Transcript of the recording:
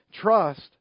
trust